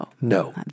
No